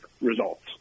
results